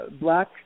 black